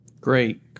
Great